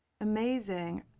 Amazing